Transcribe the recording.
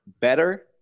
better